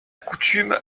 coutume